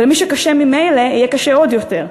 ולמי שקשה ממילא יהיה קשה עוד יותר.